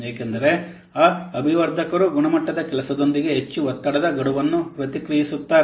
ಏಕೆಂದರೆ ಆ ಅಭಿವರ್ಧಕರು ಗುಣಮಟ್ಟದ ಕೆಲಸದೊಂದಿಗೆ ಹೆಚ್ಚು ಒತ್ತಡದ ಗಡುವನ್ನು ಪ್ರತಿಕ್ರಿಯಿಸುತ್ತಾರೆ